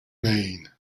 mane